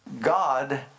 God